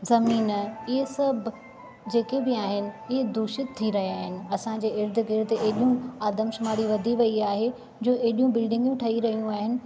ज़मीनु इअ सभु जेके बि आहिनि इहे दूषितु थी रहिया आहिनि असांजे इर्दु गिर्दु हेॾियूं आदमशुमारी वधी रही आहे जो हेॾियूं बिल्डिंगूं ठही रहियूं आहिनि